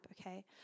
okay